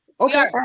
Okay